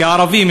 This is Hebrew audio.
כערבים,